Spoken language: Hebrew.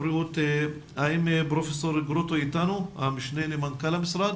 האם פרופ' גרוטו איתנו, המשנה למנכ"ל המשרד?